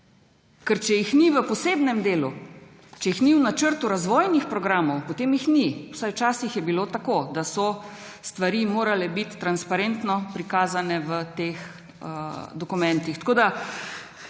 Ker če jih ni v posebnem delu, če jih ni v načrtu razvojnih programov, potem jih ni. Vsaj včasih je bilo tako, da so stvari morale biti transparentno prikazane v teh dokumentih.